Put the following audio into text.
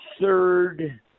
third